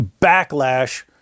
backlash